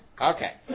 Okay